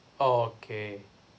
oh okay